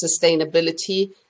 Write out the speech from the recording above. sustainability